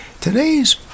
Today's